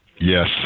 Yes